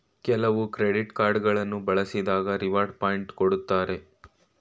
ಕೆಲವು credit card ಗಳನ್ನು ಬಳಸಿದಾಗ ರಿವಾರ್ಡ್ ಪಾಯಿಂಟ್ಸ್ ಕೊಡ್ತಾರೆ